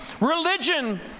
Religion